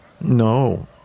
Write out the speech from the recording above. No